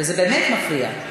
וזה באמת מפריע.